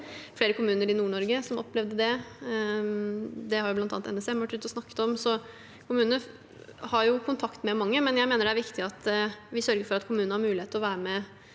flere kommuner i Nord-Norge som opplevde det, og det har bl.a. NSM vært ute og snakket om. Kommunene har kontakt med mange, men jeg mener det er viktig at vi sørger for at kommunene har mulighet til å være med